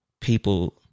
People